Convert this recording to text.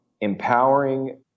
empowering